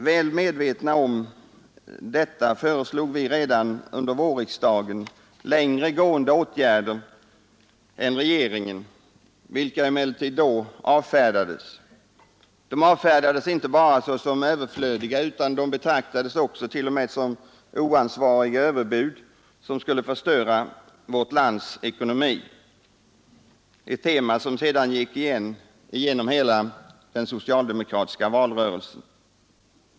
Väl medvetna om detta föreslog vi redan under vårriksdagen längre gående åtgärder än regeringen, vilka emellertid då avfärdades. De avfärdades inte bara som överflödiga utan betraktades t.o.m. som oansvariga överbud som skulle förstöra landets ekonomi ett tema som sedan gick igen genom hela den socialdemokratiska valrörelsen.